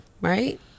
Right